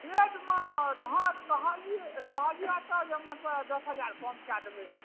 बेडमे तऽ हँ कहलियै कहलियै तऽ जे मतलब दस हजार कम कए देबै